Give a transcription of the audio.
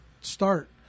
start